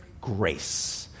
Grace